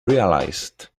realized